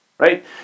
right